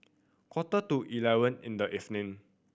quarter to eleven in the evening